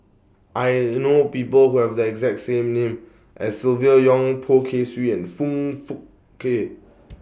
I know People Who Have The exact same name as Silvia Yong Poh Kay Swee and Foong Fook Kay